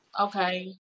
okay